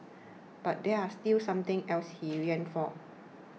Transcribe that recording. but there was still something else he yearned for